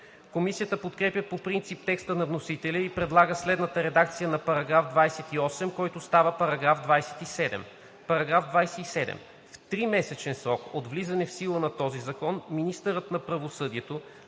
Комисията подкрепя по принцип текста на вносителя и предлага следната редакция на § 28, който става § 27: „§ 27. В тримесечен срок от влизането в сила на този закон министърът на правосъдието